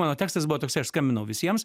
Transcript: mano tekstas buvo toksai aš skambinau visiems